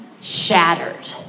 shattered